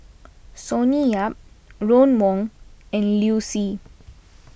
Sonny Yap Ron Wong and Liu Si